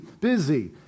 busy